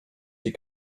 hier